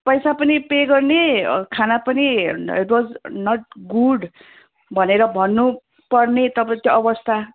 पैसा पनि पे गर्ने खाना पनि इट वाज नट गुड भनेर भन्नु पर्ने तपाईँ त्यो अवस्था